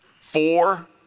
four